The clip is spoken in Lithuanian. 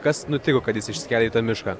kas nutiko kad jis iškėlė tą mišką